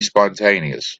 spontaneous